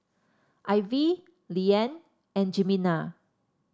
Ivie Leeann and Jimena